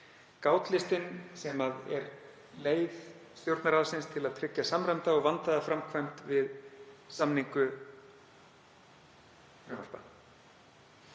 gátlista, sem er leið Stjórnarráðsins til að tryggja samræmda og vandaða framkvæmd við samningu